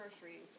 groceries